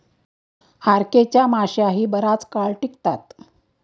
RK च्या माश्याही बराच काळ टिकतात